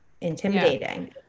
intimidating